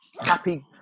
Happy